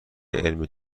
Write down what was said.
علمی